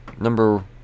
number